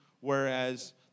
whereas